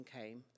came